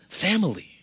family